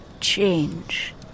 Change